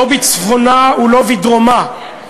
לא בצפונה ולא בדרומה,